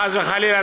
חס וחלילה,